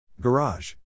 Garage